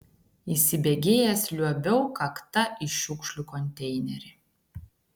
įsibėgėjęs liuobiau kakta į šiukšlių konteinerį